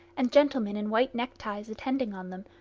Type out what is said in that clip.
and gentlemen in white neckties attending on them,